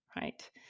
right